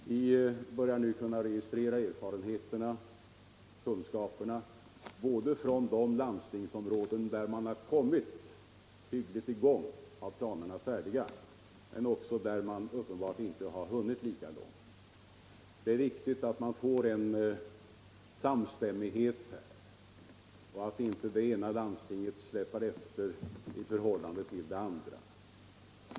Vi börjar nu kunna registrera erfarenheterna både från de landstingsområden där man kommit hyggligt i gång och har planerna färdiga och även från de landstingsområden där man uppenbarligen inte har hunnit lika långt. Det är viktigt att man får en samstämmighet på detta område, så att inte det ena landstinget släpar efter i förhållande till det andra.